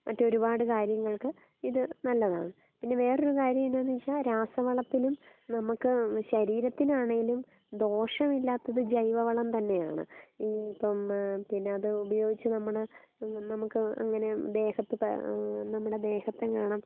മറ്റൊരുപാട് കാര്യങ്ങൾക്ക് ഇത് നല്ലതാണ് പിന്നെ വേറൊരു കാര്യം എന്നാന്ന് വെച്ചാൽ രാസവളത്തിലും നമുക്ക് ശരീരത്തിനാണേലും ദോഷമില്ലാത്തത് ജൈവവളം തന്നെയാണ് ഈ ഇപ്പം പിന്നെ അത് ഉപയോഗിച്ച് നമ്മൾ നമുക്ക് അങ്ങനെ ദേഹത്ത് നമ്മുടെ ദേഹത്തും കാണാം